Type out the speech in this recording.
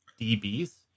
DBs